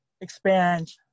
expand